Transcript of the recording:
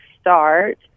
start